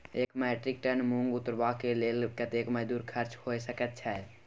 एक metric ton मूंग उतरबा के लेल कतेक मजदूरी खर्च होय सकेत छै?